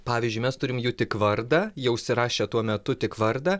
pavyzdžiui mes turim jų tik vardą jie užsirašė tuo metu tik vardą